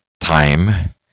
time